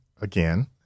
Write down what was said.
again